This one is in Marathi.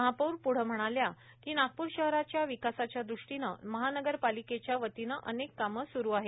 महापौर पुढं म्हणात्या की नागपूर हराच्या विकासाच्या दूरें टने महानगरपालिकेच्या वतीनं अनेक कार्म सुरू आहेत